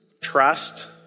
trust